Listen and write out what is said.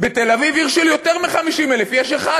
בתל-אביב, עיר של יותר מ-50,000, יש אחד.